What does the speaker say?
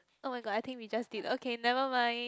oh-my-god I think we just did never mind